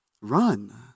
Run